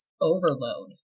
overload